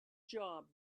job